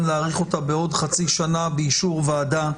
להאריך אותה בעוד חצי שנה באישור ועדה,